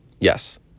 yes